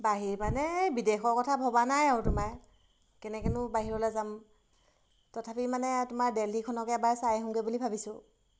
বাহিৰ মানে বিদেশৰ কথা ভবা নাই আৰু তোমাৰ কেনেকৈনো বাহিৰলৈ যাম তথাপি মানে তোমাৰ দিল্লীখনকে এবাৰ চাই আহোঁগৈ বুলি ভাবিছোঁ